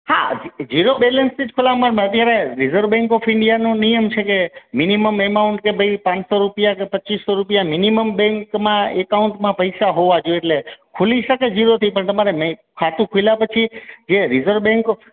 હા ઝી ઝીરો બેલેન્સથી જ ખોલાવવાનું હોય અત્યારે રિજર્વ બેન્ક ઓફ ઇંડિયાનું નિયમ છે કે મિનિમમ એમાઉન્ટ કે ભાઈ પાંચસો રૂપિયા કે પચીસ સો રૂપિયા મિનિમમ બેન્કમાં એકાઉન્ટમાં પૈસા હોવા જોઈએ એટલે ખુલી શકે ઝીરોથી પણ તમારે નઈ ખાતું ખુલ્યા પછી જે રિઝર્વ બેન્ક ઓફ